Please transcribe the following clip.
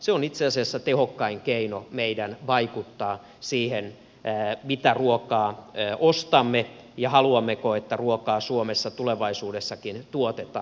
se on itse asiassa meillä tehokkain keino vaikuttaa siihen mitä ruokaa ostamme ja haluammeko että ruokaa suomessa tulevaisuudessakin tuotetaan